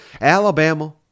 Alabama